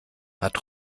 hat